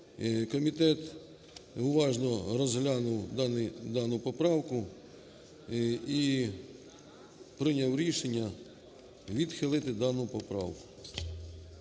комітет уважно розглянув дану поправку і прийняв рішення відхилити дану поправку.